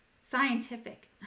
scientific